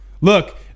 Look